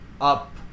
up